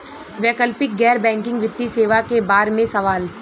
वैकल्पिक गैर बैकिंग वित्तीय सेवा के बार में सवाल?